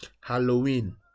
Halloween